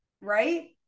right